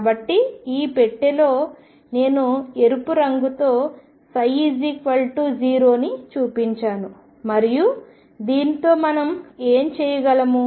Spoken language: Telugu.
కాబట్టి ఈ పెట్టెలో నేను ఎరుపు రంగుతో ψ0 ని చూపించాను మరియు దీనితో మనం ఏమి చేయగలము